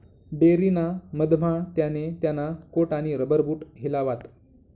dairy ना मधमा त्याने त्याना कोट आणि रबर बूट हिलावात